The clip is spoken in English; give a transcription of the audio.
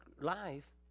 life